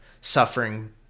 suffering